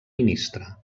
ministre